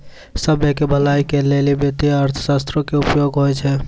सभ्भे के भलाई के लेली वित्तीय अर्थशास्त्रो के उपयोग होय छै